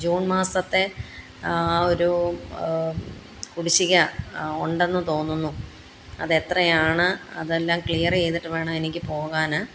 June മാസത്തെ ഒരു കുടിശ്ശിക ഉണ്ടെന്ന് തോന്നുന്നു അതെത്രയാണ് അതെല്ലാം ക്ലിയർ ചെയ്തിട്ട് വേണം എനിക്ക് പോകാൻ